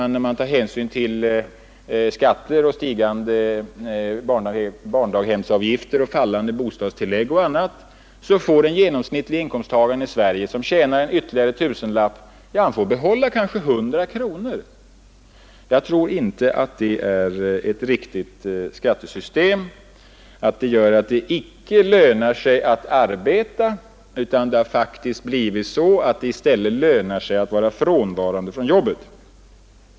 När man tar hänsyn till skatter, stigande barndaghemsavgifter, fallande bostadstillägg och annat får den genomsnittlige inkomsttagaren i Sverige av en ytterligare intjänad tusenlapp behålla kanske 100 kronor. Jag tror inte att det är ett riktigt skattesystem. Det gör det inte lönande att arbeta. Det har faktiskt blivit så att det i stället lönar sig att vara frånvarande från jobbet.